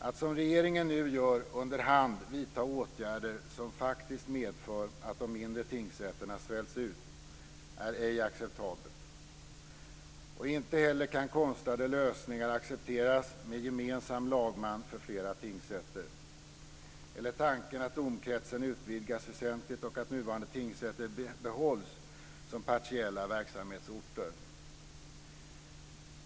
Att som regeringen nu gör under hand vidta åtgärder som faktiskt medför att de mindre tingsrätterna svälts ut är ej acceptabelt. Inte heller kan konstlade lösningar accepteras med gemensam lagman för flera tingsrätter, och inte heller tanken att domkretsen utvidgas väsentligt och att nuvarande tingsrätter behålls som partiella verksamhetsorter.